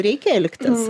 reikia elgtis